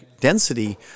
density